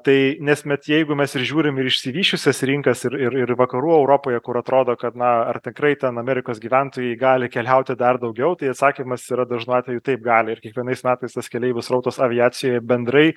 tai nes met jeigu mes ir žiūrim ir išsivysčiusias rinkas ir ir ir vakarų europoje kur atrodo kad na ar tikrai ten amerikos gyventojai gali keliauti dar daugiau tai atsakymas yra dažnu atveju taip gali ir kiekvienais metais tas keleivių srautas aviacijoje bendrai